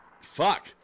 fuck